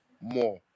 more